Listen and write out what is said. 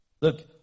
Look